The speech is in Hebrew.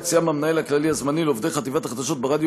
יציעם המנהל הכללי הזמני לעובדי חטיבת החדשות ברדיו